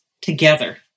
together